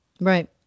Right